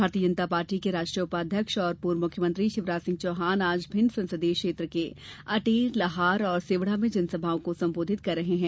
भारतीय जनता पार्टी के राष्ट्रीय उपाध्यक्ष और पूर्व मुख्यमंत्री शिवराज सिंह चौहान आज भिंड संसदीय क्षेत्र के अटेर लहार और सेवढा में जनसभाओं को संबोधित कर रहे हैं